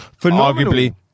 arguably